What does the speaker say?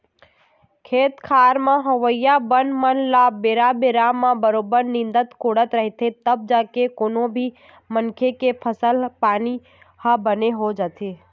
खेत खार म होवइया बन मन ल बेरा बेरा म बरोबर निंदत कोड़त रहिथे तब जाके कोनो भी मनखे के फसल पानी ह बने हो पाथे